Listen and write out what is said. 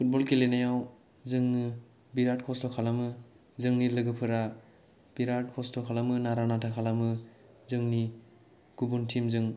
football गेलेनायाव जोङो बिराद खस्थ' खालामो जोंनि लोगोफोरा बिराद खस्थ' खालामो नारानाथा खालामो जोंनि गुबुन तिमजों